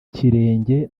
kirenge